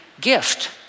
gift